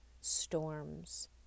storms